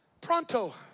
pronto